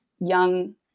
young